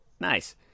Nice